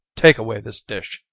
take away this dish.